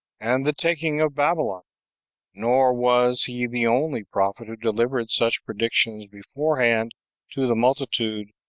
and the taking of babylon nor was he the only prophet who delivered such predictions beforehand to the multitude,